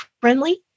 friendly